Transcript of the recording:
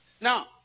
Now